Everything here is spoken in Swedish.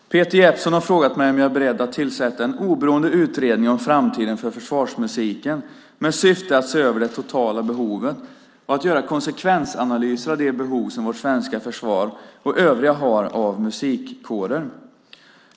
Herr talman! Peter Jeppsson har frågat mig om jag är beredd att tillsätta en oberoende utredning om framtiden för försvarsmusiken, med syfte att se över det totala behovet, och att göra konsekvensanalyser av det behov som vårt svenska försvar och övriga har av musikkårer.